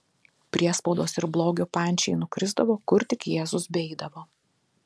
priespaudos ir blogio pančiai nukrisdavo kur tik jėzus beeidavo